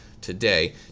today